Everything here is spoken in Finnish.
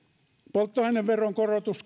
polttoaineveron korotus